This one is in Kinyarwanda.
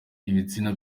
ibitsina